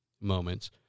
moments